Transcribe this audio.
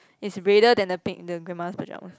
is redder than the pink the grandmother's pajamas